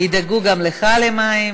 ידאגו גם לך למים.